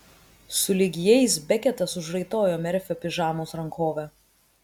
sulig jais beketas užraitojo merfio pižamos rankovę